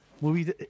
movies